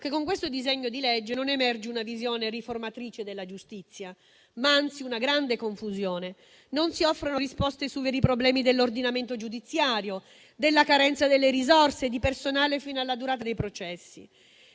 che con questo disegno di legge emerge non una visione riformatrice della giustizia, ma anzi una grande confusione; non si offrono risposte ai veri problemi dell'ordinamento giudiziario, dalla carenza delle risorse e di personale fino alla durata dei processi.